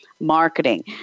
marketing